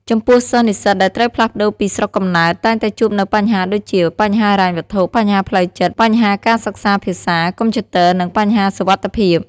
ចំំពោះសិស្សនិស្សិតដែលត្រូវផ្លាស់ផ្តូរពីស្រុកកំណើតតែងតែជួបនួវបញ្ហាដូចជា បញ្ហាហិរញ្ញវត្ថុ បញ្ហាផ្លូវចិត្ត បញ្ហាការសិក្សាភាសា កំព្យូទ័រ និងបញ្ហាសុវត្តិភាព។